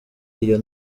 iyo